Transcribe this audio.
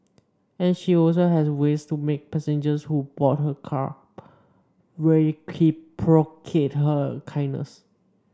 and she also has ways to make passengers who board her cab reciprocate her kindness